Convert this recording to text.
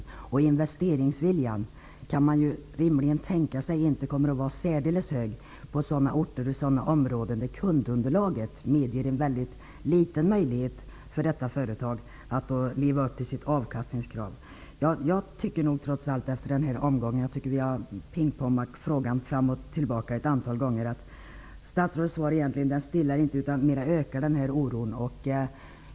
Man kan tänka sig att investeringsviljan rimligen inte kan komma att vara särdeles hög på sådana orter och i sådana områden där kundunderlaget ger företaget liten möjlighet att leva upp till sitt avkastningskrav. Jag tycker nog att vi har pingpongat frågan fram och tillbaka ett antal gånger. Statsrådets svar stillar egentligen inte utan ökar mera oron.